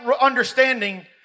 understanding